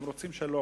הם רוצים שלום.